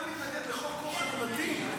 אתה מתנגד לחוק כה חברתי?